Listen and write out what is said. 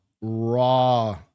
raw